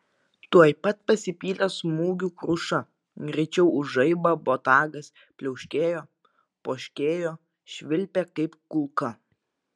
tuoj pat pasipylė smūgių kruša greičiau už žaibą botagas pliauškėjo poškėjo švilpė kaip kulka